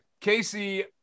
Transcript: casey